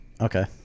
Okay